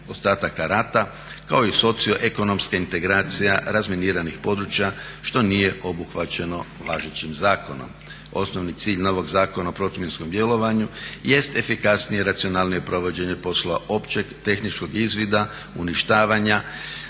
ostataka rata kao i socio-ekonomskih integracija razminiranih područja što nije obuhvaćeno važećim zakonom. Osnovni cilj novog Zakona o protuminskom djelovanju jest efikasnije, racionalnije provođenje poslova općeg, tehničkog izvida, uništavanja,